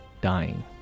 dying